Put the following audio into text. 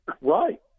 Right